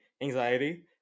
anxiety